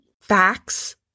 facts